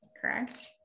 correct